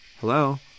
Hello